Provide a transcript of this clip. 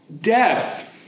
death